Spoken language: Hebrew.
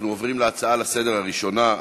אנחנו עוברים לארבע ההצעות לסדר-היום הראשונות,